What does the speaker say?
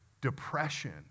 depression